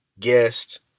Guest